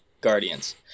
Guardians